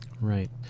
right